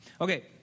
Okay